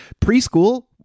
preschool